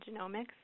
genomics